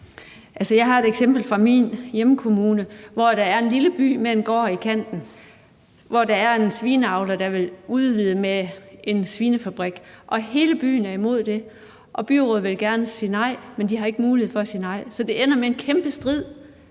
Jeg har et eksempel fra min hjemkommune, hvor der er en lille by med en gård i udkanten, hvor der er en svineavler, der vil udvide med en svinefabrik. Hele byen er imod det, og byrådet vil gerne sige nej, men de har ikke mulighed for at sige nej. Så det ender med en kæmpe strid